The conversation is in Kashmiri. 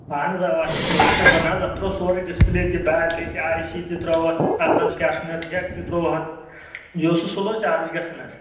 اَہَن حظ اَوا اَتھ چھِ ژوٚوُہ شَتھ بَنان حظ اَتھ ترٛوو سورُے ڈِسپٕلے تہِ بیٹری تہِ آیہِ آی سی تہِ ترٛوو اَتھ اَتھ حظ کیٛاہ چھِ اَتھ وَنان جیک تہِ ترٛوو اَتھ بیٚیہِ اوس سُہ سٔلو چارٕج گژھان حظ